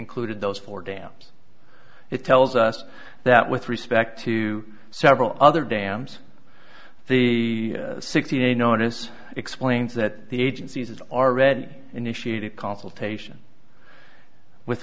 included those four dams it tells us that with respect to several other dams the sixty day notice explains that the agency has already initiated consultation with